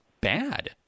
bad